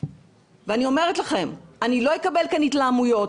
אני אומרת לכם, אני לא אקבל כאן התלהמויות,